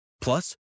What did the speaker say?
Plus